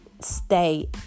stay